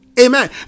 Amen